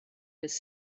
was